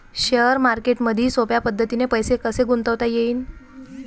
Share मार्केटमधी सोप्या पद्धतीने पैसे कसे गुंतवता येईन?